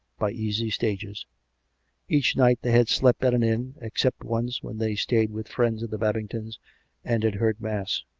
by easy stages each night they had slept at an inn, except once, when they stayed with friends of the babingtons and had heard mass.